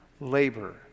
labor